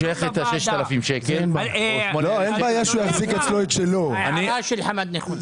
ההערה של חמד נכונה.